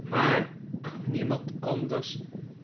maar aan niemand anders